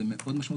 זה מאוד משמעותי.